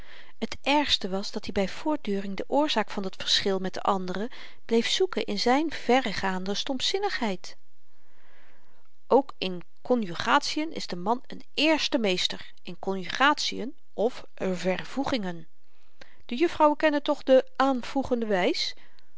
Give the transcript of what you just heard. t ergste was dat-i by voortduring de oorzaak van dat verschil met de anderen bleef zoeken in zyn verregaande stompzinnigheid ook in konjugatien is de man een eerste meester in konjugatien of vervoegingen de juffrouwen kennen toch de aanvoegende wys